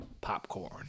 popcorn